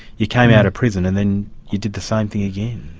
you came out of prison, and then you did the same thing again?